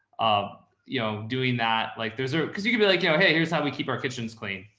um you know, doing that like there's or cause you can be like, you know, hey, here's how we keep our kitchens clean.